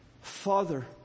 Father